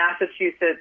Massachusetts